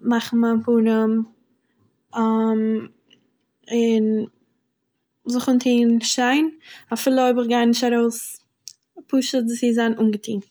מאכן מיין פנים און.. זיך אנטוהן שטיין, אפילו אויב איך גיי נישט ארויס, פשוט צו זיין אנגעטוהן.